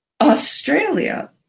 Australia